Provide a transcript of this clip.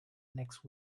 next